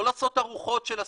לא לעשות ארוחות של עשרות,